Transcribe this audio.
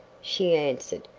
she answered,